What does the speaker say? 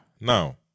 Now